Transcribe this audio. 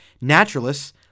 naturalists